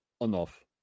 enough